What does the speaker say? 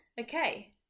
Okay